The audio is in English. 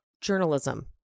journalism